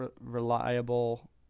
reliable